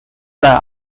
than